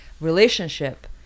relationship